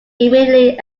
immediately